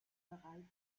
bereits